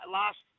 last